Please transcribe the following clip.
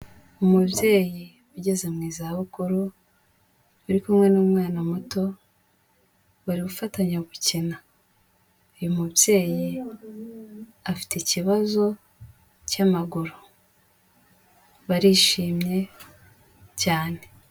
Umubyeyi ugeze mu zabukuru uri kumwe n'umwana muto, bari gufatanya gukina. Uyu mubyeyi afite ikibazo cy'amaguru, barishimye cyane.